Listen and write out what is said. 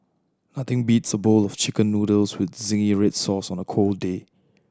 nothing beats a bowl of Chicken Noodles with zingy red sauce on a cold day